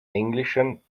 englischen